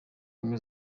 ubumwe